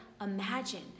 imagine